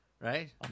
right